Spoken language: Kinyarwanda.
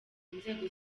inzego